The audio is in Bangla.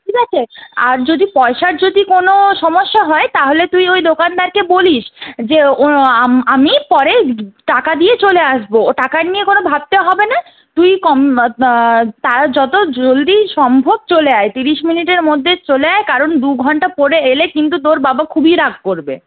ঠিক আছে আর যদি পয়সার যদি কোনো সমস্যা হয় তাহলে তুই ওই দোকানদারকে বলিস যে আমি পরে টাকা দিয়ে চলে আসবো ও টাকা নিয়ে কোনো ভাবতে হবে না তুই কম যত জলদি সম্ভব চলে আয় তিরিশ মিনিটের মধ্যে চলে আয় কারণ দুঘণ্টা পরে এলে কিন্তু তোর বাবা খুবই রাগ করবে